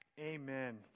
Amen